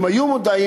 הם היו מודעים,